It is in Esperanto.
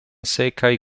sekaj